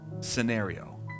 scenario